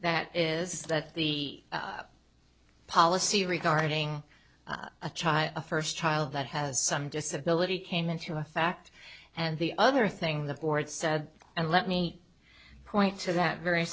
that is that the policy regarding a child a first child that has some disability came into effect and the other thing the court said and let me point to that very